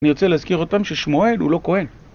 אני רוצה להזכיר עוד פעם ששמואל הוא לא כהן